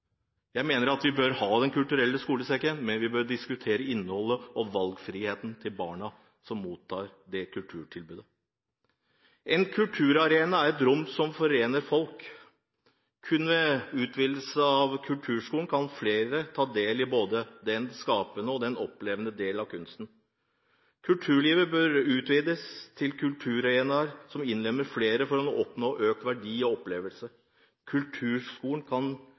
Jeg mener vi bør ha Den kulturelle skolesekken, men vi bør diskutere innholdet og valgfriheten til barna som mottar det kulturtilbudet. En kulturarena er et rom som forener folk. Kun ved utvidelse av kulturskolen kan flere ta del i både den skapende og den opplevende delen av kunsten. Kulturlivet bør utvides til kulturarenaer som innlemmer flere for å oppnå økt verdi og opplevelse. Kulturskolen